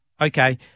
okay